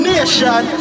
Nation